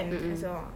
mm mm